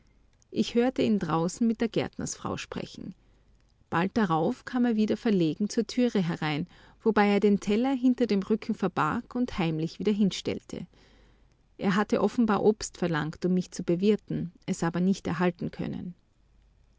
ich hörte ihn draußen mit der gärtnersfrau sprechen bald darauf kam er wieder verlegen zur türe herein wobei er den teller hinter dem rücken verbarg und heimlich wieder hinstellte er hatte offenbar obst verlangt um mich zu bewirten es aber nicht erhalten können